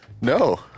No